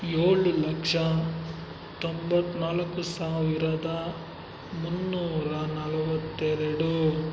ಏಳು ಲಕ್ಷ ತೊಂಬತ್ತ್ನಾಲ್ಕು ಸಾವಿರದ ಮುನ್ನೂರ ನಲವತ್ತೆರಡು